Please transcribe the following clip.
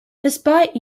despite